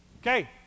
Okay